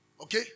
Okay